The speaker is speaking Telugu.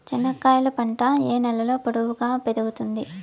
చెనక్కాయలు పంట ఏ నేలలో పొడువుగా పెరుగుతుంది?